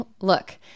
Look